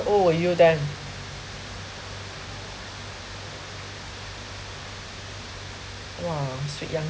what were you done !wah! sweet young